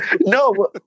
No